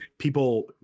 People